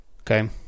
Okay